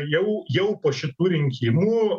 jau jau po šitų rinkimų